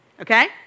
okay